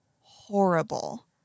horrible